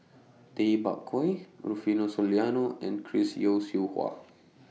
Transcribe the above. Tay Bak Koi Rufino Soliano and Chris Yeo Siew Hua